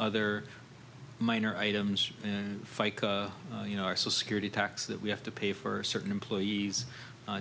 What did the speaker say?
other minor items and you know our security tax that we have to pay for certain employees